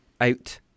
out